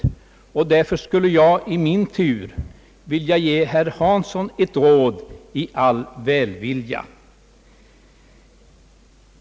Därför skulle jag i min tur vilja ge herr Hansson ett råd i all välvilja.